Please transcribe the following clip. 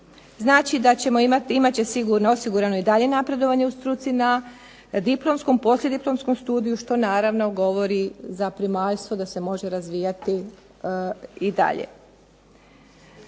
imat će sigurno osigurano i dalje napredovanje u struci na diplomskom, poslijediplomskom studiju što naravno govori za primaljstvo da se može razvijati i dalje.